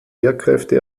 lehrkräfte